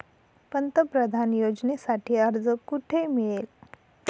पंतप्रधान योजनेसाठी अर्ज कुठे मिळेल?